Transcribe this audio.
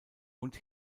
und